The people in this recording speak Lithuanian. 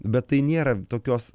bet tai nėra tokios